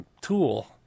tool